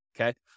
okay